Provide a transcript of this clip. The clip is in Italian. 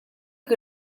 che